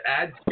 add